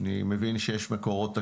אני מבין שיש מקורות תקציביים,